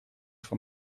voor